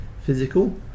physical